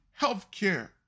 healthcare